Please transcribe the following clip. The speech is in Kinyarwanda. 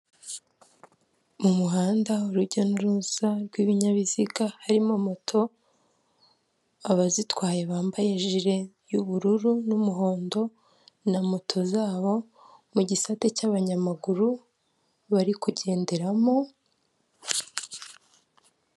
Mu muhanda urujya n'uruza rw'ibinyabiziga harimo moto abazitwaye bambaye jire y'ubururu n'umuhondo na moto zabo, mu gisate cy'abanyamaguru bari kugenderamo.